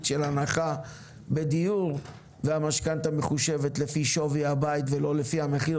של הנחה בדיור והמשכנתא מחושבת לפי שווי הבית ולא לפי המחיר